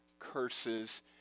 curses